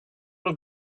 will